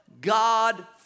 God